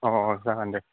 अ जागोनदे